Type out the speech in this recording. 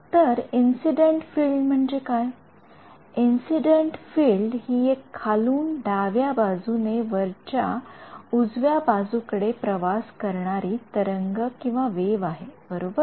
तर incident field म्हणजे काय इंसिडेंट फील्ड हि एक खालून डाव्या बाजूने वरच्या उजव्या बाजूकडे प्रवास करणारी तरंगवेव्ह आहे बरोबर